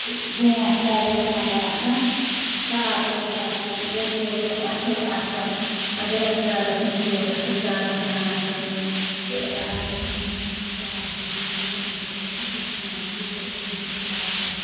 تہٕ بونٛٹھ کالہِ اوس ونٛدٕ آسان تاپھ اوس آسان ریٚتہٕ کول تہِ اوس اصٕل آسان اَدٕ ریٚتہٕ کالَس مَنٛز تہِ اوس اصٕل تاپہٕ ہان آسان تہٕ آز چھُنہٕ آسان اسہِ یہِ تاپھ ییٚتہِ کیٚنٛہہ ییٚتہِ چھِ أسۍ وُچھان از یُہوے اوٚبُر چھُ آسان